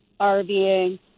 RVing